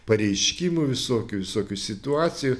pareiškimų visokių visokių situacijų